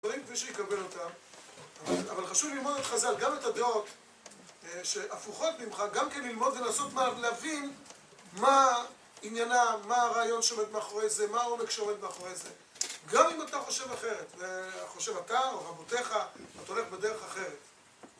דברים כפי שיקבל אותם, אבל חשוב ללמוד את חז"ל, גם את הדעות שהפוכות ממך, גם כן ללמוד ולעשות מה להבין מה עניינם, מה הרעיון שעומד מאחורי זה, מה העומק שעומד מאחורי זה. גם אם אתה חושב אחרת, וחושב אתה או רבותיך, אתה הולך בדרך אחרת.